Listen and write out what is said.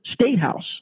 Statehouse